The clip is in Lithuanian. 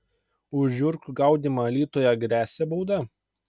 už žiurkių gaudymą alytuje gresia bauda